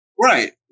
Right